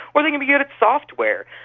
or they can be good at software.